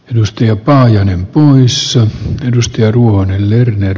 jos tiukkaa hänen puuhissa edusti ruohonen lerner